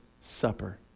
supper